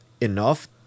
enough